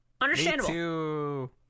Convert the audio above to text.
Understandable